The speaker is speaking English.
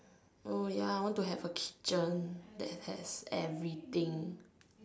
oh ya I want to have a kitchen that has everything